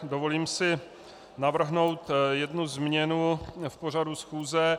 Dovolím si navrhnout jednu změnu v pořadu schůze.